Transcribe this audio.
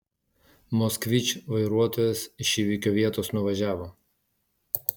moskvič vairuotojas iš įvykio vietos nuvažiavo